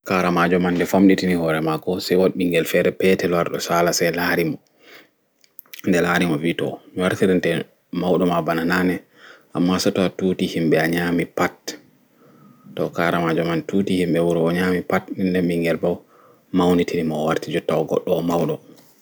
Karamaajo man nɗe famɗitini hoore maako se woɗ ɓingel fere petel wari ɗo saala se laarimo nɗe laarimo wi toh mi wartirinte mauɗo ɓana naane amma seto atuti himɓe a nyaami pat toh karamaajo mai tuti himɓe wuro o nyaami pat nɗe nɗe ɓingel ɓo mauni tinimo o warti jotta o goɗɗo mauɗo.